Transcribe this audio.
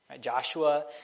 joshua